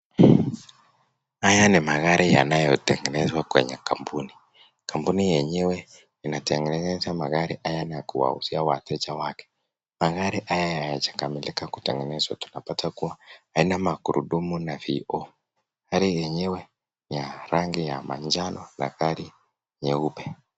Haya ni magari yanayotengenezwa kwenye kampuni. Kampuni yenyewe inatengeneza magari haya na kuwauzia wateja wake. Magari haya hayajakamilika kutengezwa, tunapata kua hayana magurudumu na vioo. Gari yenyewe ni ya rangi ya manjano na gari nyeupe.